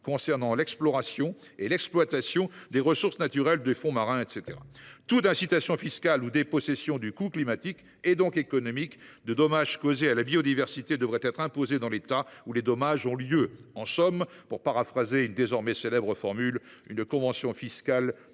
concernant l’exploration et l’exploitation des ressources naturelles des fonds marins. » Toute incitation fiscale ou dépossession du coût climatique, donc économique, du dommage causé à la biodiversité devrait être imposée dans l’État où les dommages ont lieu ! En somme, pour paraphraser une désormais célèbre formule : une convention fiscale